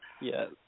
Yes